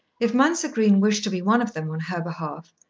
if mounser green wished to be one of them on her behalf,